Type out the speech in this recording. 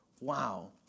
wow